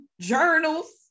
journals